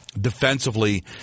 defensively